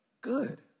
good